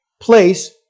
place